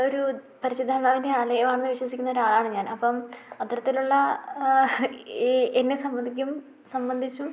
ഒരു പരിശുദ്ധാത്മാവിൻ്റെ ആലയമാണെന്ന് വിശ്വസിക്കുന്ന ഒരാളാണ് ഞാൻ അപ്പം അത്തരത്തിലുള്ള ഈ എന്നെ സംബന്ധിക്കും സംബന്ധിച്ചും